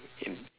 in